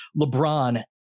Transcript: LeBron